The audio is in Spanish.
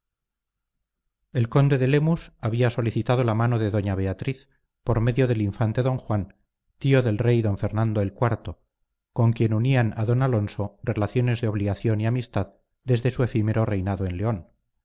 el conde de lemus había solicitado la mano de doña beatriz por medio del infante don juan tío del rey don fernando el iv con quien unían a don alonso relaciones de obligación y amistad desde su efímero reinado en león